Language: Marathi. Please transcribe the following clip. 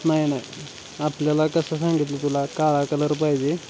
नाही नाही आपल्याला कसं सांगितलं तुला काळा कलर पाहिजे